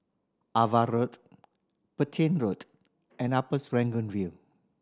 Ava Road Petain Road and Upper Serangoon View